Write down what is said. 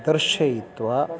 दर्शयित्वा